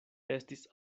estis